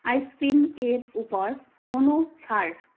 ice cream এর উপর কোনও ছাড়